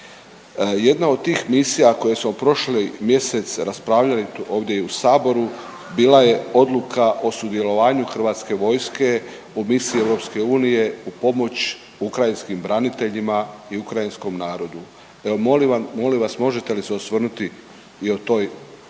Jedna od tih misija o kojoj smo prošli mjesec raspravljali ovdje i u Saboru bila je odluka o sudjelovanju Hrvatske vojske u misiji EU u pomoć ukrajinskim braniteljima i ukrajinskom narodu. Evo molim vas možete li se osvrnuti i o toj